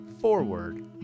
Forward